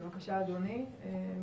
בבקשה אדוני.